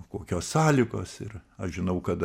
kokios sąlygos ir aš žinau kad